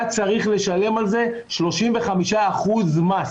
היה צריך לשלם על זה 35% מס.